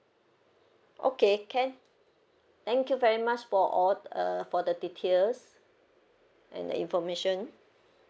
okay can thank you very much for all uh for the details and the information